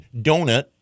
donut